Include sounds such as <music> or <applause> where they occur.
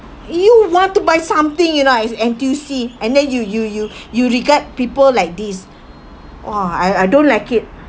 you want to buy something you know at N_T_U_C and then you you you <breath> you regard people like this !wah! I I don't like it